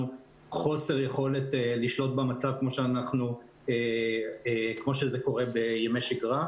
חוסר יכולת לשלוט במצב כמו שזה קורה בימי שגרה.